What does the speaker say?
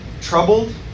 troubled